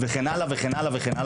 וכן הלאה וכן הלאה.